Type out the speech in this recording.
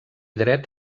dret